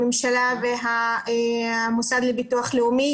הממשלה והמוסד לביטוח לאומי,